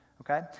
Okay